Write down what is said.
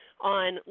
on